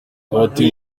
abatuye